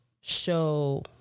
show